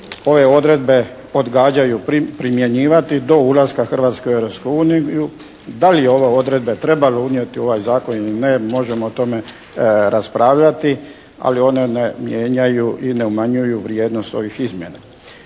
ove odredbe odgađaju primjenjivati do ulaska Hrvatske u Europsku uniju. Da li je ove odredbe trebalo unijeti u ovaj zakon ili ne možemo o tome raspravljati, ali one ne mijenjaju i ne umanjuju vrijednost ovih izmjena.